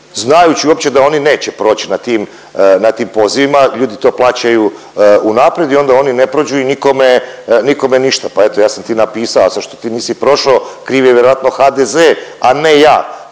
znajući uopće da oni neće proći na tim, na tim pozivima. Ljudi to plaćaju unaprijed i onda oni ne prođu i nikome, nikom ništa, pa eto ja sam ti napisao, a sad što ti nisi prošao kriv je vjerojatno HDZ a ne ja